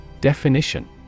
Definition